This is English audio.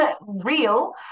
real